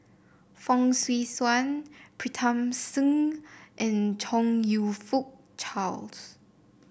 Fong Swee Suan Pritam Singh and Chong You Fook Charles